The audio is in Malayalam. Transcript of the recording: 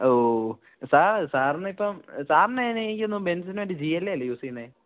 ഓ സാർ സാറിനിപ്പം സാറിന് എനിക്ക് തോന്നുന്നു ബെൻസിൻ്റെ മറ്റെ ജി എൽ എ അല്ലേ യൂസ് ചെയ്യുന്നത്